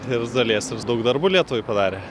ir iš dalies jis daug darbų lietuvai padarė